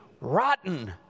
rotten